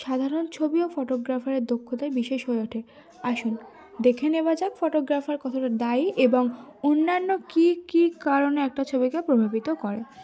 সাধারণ ছবিও ফটোগ্রাফারের দক্ষতায় বিশেষ হয়ে ওঠে আসুন দেখে নেওয়া যাক ফটোগ্রাফার কতটা দায়ী এবং অন্যান্য কী কী কারণে একটা ছবিকে প্রভাবিত করে